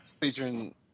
Featuring